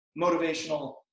motivational